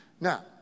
Now